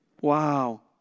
Wow